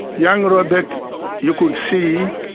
young robert you could see,